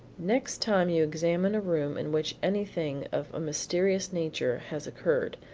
next time you examine a room in which anything of a mysterious nature has occurred,